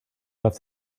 left